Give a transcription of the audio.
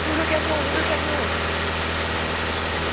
nous le gagnons nous le gagnons s'écria le canadien